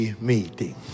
meeting